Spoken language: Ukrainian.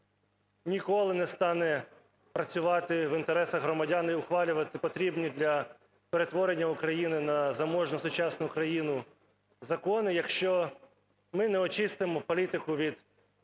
ніколи не стане працювати в інтересах громадян і ухвалювати потрібні для перетворення України на заможну сучасну країну закони, якщо ми не очистимо політику від корупції